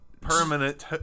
permanent